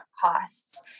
costs